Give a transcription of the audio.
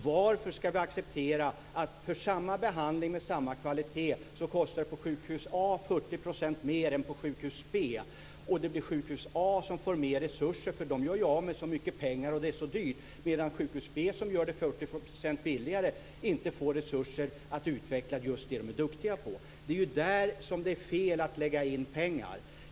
Varför ska vi acceptera att det för samma behandling med samma kvalitet på sjukhus A kostar 40 % mer än på sjukhus B, och att det blir sjukhus A som får mer resurser eftersom de gör av med så mycket pengar, medan sjukhus B, som gör det 40 % billigare, inte får resurser att utveckla det de är duktiga på? Det är där det är fel att lägga in pengar.